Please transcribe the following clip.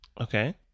Okay